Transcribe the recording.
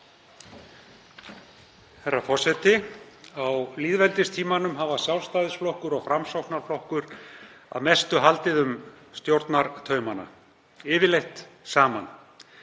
Herra forseti. Á lýðveldistímanum hafa Sjálfstæðisflokkur og Framsóknarflokkur að mestu haldið um stjórnartaumana, yfirleitt saman,